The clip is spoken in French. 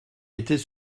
était